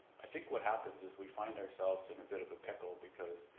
i think what happens is we find ourselves in a bit of a pickle because